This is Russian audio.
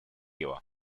его